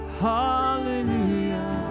hallelujah